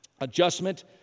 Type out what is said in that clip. adjustment